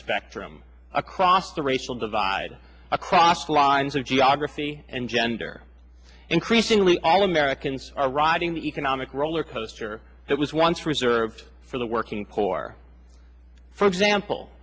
spectrum across the racial divide across lines of geography and gender increasingly all americans are riding the economic roller coaster that was once reserved for the working poor for example